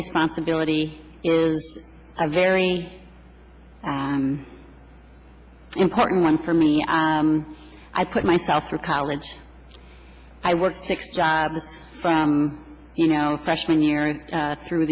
responsibility is a very important one for me i put myself through college i worked six jobs from you know freshman year through